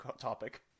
topic